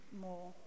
more